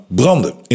branden